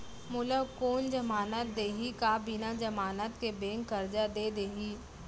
मोला कोन जमानत देहि का बिना जमानत के बैंक करजा दे दिही?